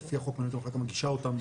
לפי החוק מנהלת המחלקה מגישה אותם